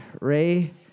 Ray